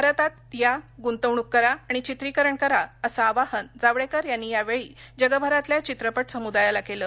भारतात या गुंतवणूक करा आणि चित्रिकरण करा असं आवाहन जावडेकर यांनी यावेळी जगभरातल्या चित्रपट समुदायाला केलं